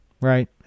Right